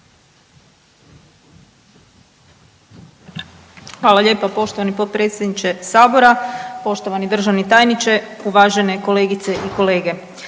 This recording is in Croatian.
Hvala lijepo poštovani potpredsjedniče Hrvatskoga sabora, poštovani državni tajniče sa suradnicom, kolegice i kolege.